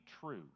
true